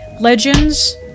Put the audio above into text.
legends